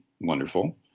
wonderful